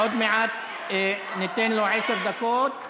עוד מעט ניתן לו עשר דקות.